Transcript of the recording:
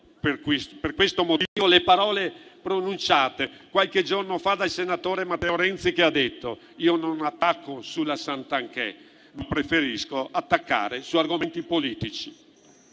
per questo motivo, le parole pronunciate qualche giorno fa dal senatore Matteo Renzi, che ha detto: io non attacco sulla Santanchè, ma preferisco attaccare su argomenti politici.